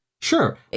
Sure